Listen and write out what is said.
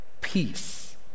peace